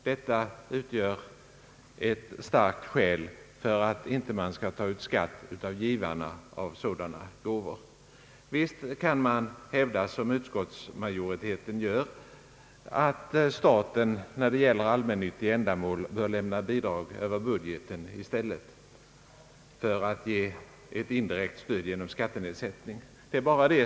Detta utgör ett starkt skäl för att inte ta ut skatt av dem som ger sådana gåvor. Visst kan man hävda, som utskottsmajoriteten gör, att staten bör lämna bidrag över budgeten till allmännyttiga ändamål i stället för att ge ett indirekt stöd genom skattenedsättning.